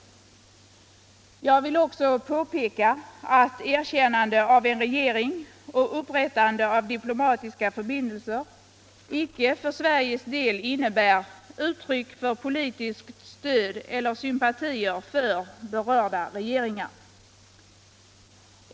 Jag vill också påpeka att erkännande av en regering och upprättande av diplomatiska förbindelser med ett land icke för Sveriges del innebär uttryck för politiskt stöd eller sympatier för berörda regeringar.